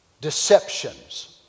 deceptions